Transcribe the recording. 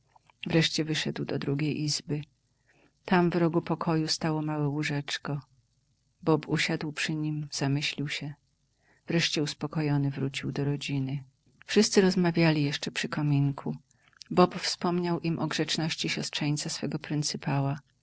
wreszcie wyszedł do drugiej izby tam w rogu pokoju stało małe łóżeczko rob usiadł przy niem zamyślił się wreszcie uspokojony wrócił do rodziny wszyscy rozmawiali jeszcze przy kominku bob wspomniał im o